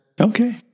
Okay